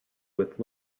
with